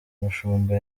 mushumba